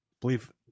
believe